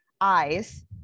eyes